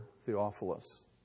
Theophilus